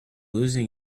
losing